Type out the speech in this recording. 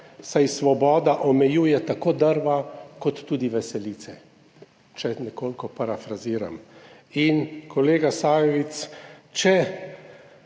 saj svoboda omejuje tako drva kot tudi veselice, če nekoliko parafraziram. Kolega Sajovic, če